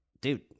dude